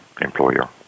employer